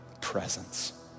presence